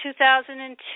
2002